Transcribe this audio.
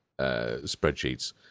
spreadsheets